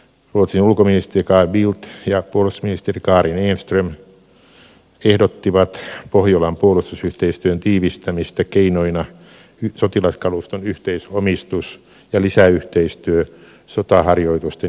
ruotsin ulkoministeri carl bildt ja puolustusministeri karin enström ehdottivat pohjolan puolustusyhteistyön tiivistämistä keinoina sotilaskaluston yhteisomistus ja lisäyhteistyö sotaharjoitusten järjestämisessä